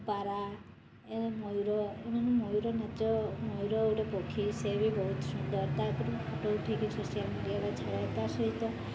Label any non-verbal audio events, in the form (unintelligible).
ପାରା ମୟୂର ଏମାନେ ମୟୂର ନାଚ ମୟୂର ଗୋଟେ ପକ୍ଷୀ ସିଏ ବି ବହୁତ ସୁନ୍ଦର ତା (unintelligible) ଫଟୋ ଉଠାଇକି ସୋସିଆଲ୍ ମିଡ଼ିଆରେ ଛାଡ଼େ ତା ସହିତ